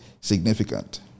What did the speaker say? significant